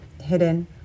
hidden